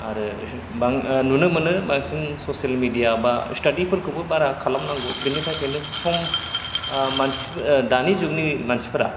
आरो बां नुनो मोनो बांसिन ससेल मिडिया बा स्टाडि फोरखौबो बारा खालामनांगौ बेनि थाखायनो सम मानसि दानि जुगनि मानसिफोरा